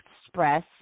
express